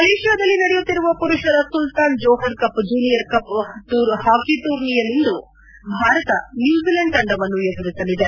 ಮಲೇಷಿಯಾದಲ್ಲಿ ನಡೆಯುತ್ತಿರುವ ಪುರುಷರ Sultan Johor cup junior hockey ಟೂರ್ನಿಯಲ್ಲಿಂದು ಭಾರತ ನ್ಯೂಜಿಲೆಂಡ್ ತಂಡವನ್ನು ಎದುರಿಸಲಿದೆ